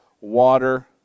water